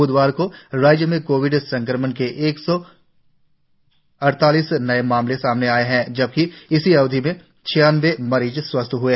ब्धवार को राज्य मे कोविड संक्रमण के एक सौ अड़तालीस नए मामले सामने आए है जबकि इसी अवधि में छियानबे मरीज स्वस्थ हए